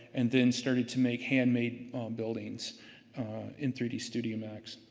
and then started to make handmade buildings in three d studio max.